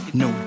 no